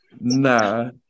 Nah